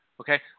Okay